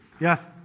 Yes